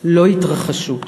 לא יתרחשו.